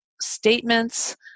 statements